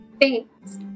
Thanks